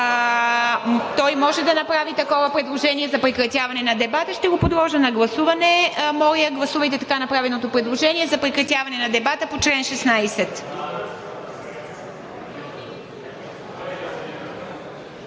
той може да направи такова предложение за прекратяване на дебата. Ще го подложа на гласуване. Моля, гласувайте така направеното предложение за прекратяване на дебата по чл. 16.